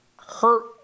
hurt